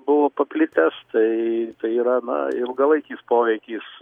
buvo paplitęs tai yra gana ilgalaikis poveikis